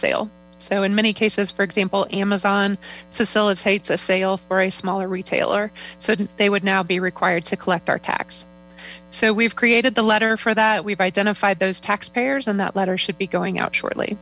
sale so in many cases fo example amazon facilitates the sale for a smaller retailer so they would now be required to collect our tax so we've created the letter for that we've identified those taxpayers and that letter should be going out shortly